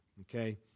Okay